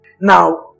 Now